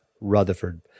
Rutherford